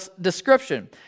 description